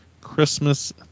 Christmas